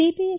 CBS